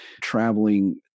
traveling